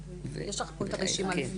מירב, ויש לך פה את הרשימה.